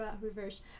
reverse